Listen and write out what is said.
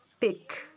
pick